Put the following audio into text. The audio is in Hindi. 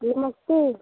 नमस्ते